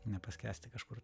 nepaskęsti kažkur